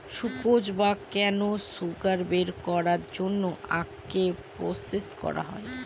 sucrose বা কেন sugar বের করার জন্য আখকে প্রসেস করা হয়